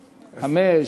חמש?